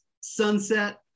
sunset